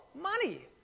money